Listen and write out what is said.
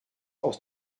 aus